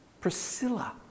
Priscilla